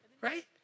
right